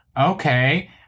Okay